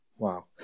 Wow